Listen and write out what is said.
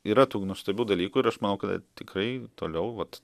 yra tų nuostabių dalykų ir aš manau kad tikrai toliau vat